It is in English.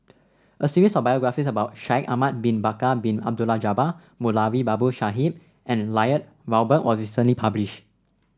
a series of biographies about Shaikh Ahmad Bin Bakar Bin Abdullah Jabbar Moulavi Babu Sahib and Lloyd Valberg was recently published